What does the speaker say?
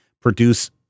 produce